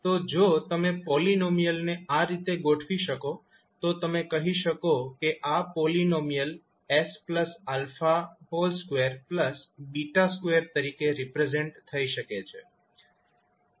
તો જો તમે પોલીનોમિયલને આ રીતે ગોઠવી શકો તો તમે કહી શકો કે આ પોલીનોમિયલ 𝑠𝛼2𝛽2 તરીકે રિપ્રેઝેન્ટ થઈ શકે છે